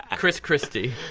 chris christie.